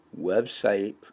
website